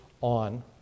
on